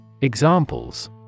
Examples